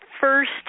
first